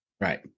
Right